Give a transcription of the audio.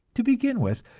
to begin with,